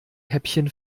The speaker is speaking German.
häppchen